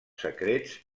secrets